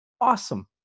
awesome